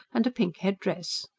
and a pink head-dress.